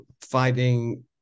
fighting